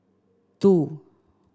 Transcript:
two